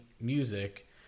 music